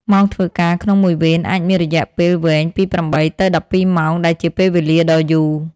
ម៉ោងធ្វើការក្នុងមួយវេនអាចមានរយៈពេលវែង ពី ៨ ទៅ ១២ ម៉ោង ដែលជាពេលវេលាដ៏យូរ។